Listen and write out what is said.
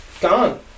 Gone